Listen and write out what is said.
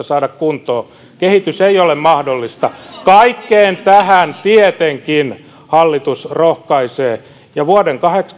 saada kuntoon kehitys ei ole mahdollista kaikkeen tähän tietenkin hallitus rohkaisee vuoden